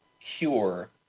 cure